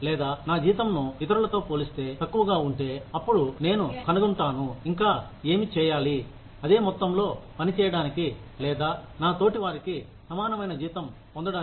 లేదా నా జీతంను ఇతరులతో పోలిస్తే తక్కువగా ఉంటే అప్పుడు నేను కనుగొంటాను ఇంకా ఏమి చేయాలి అదే మొత్తంలో పని చేయడానికి లేదా నా తోటి వారికి సమానమైన జీతం పొందడానికి